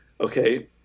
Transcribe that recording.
okay